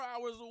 hours